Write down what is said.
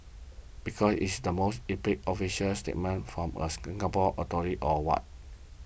because is the most epic official statement from a Singapore authority or what